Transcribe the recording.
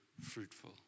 fruitful